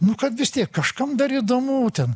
nu kad vis tiek kažkam dar įdomu ten